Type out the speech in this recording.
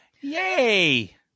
Yay